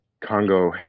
Congo